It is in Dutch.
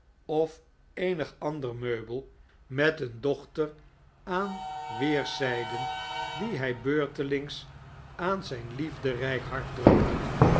of eenig ander meubel met een dochter aan weeuszgden die htj beurtelings aan zyn liefderyk hart drukte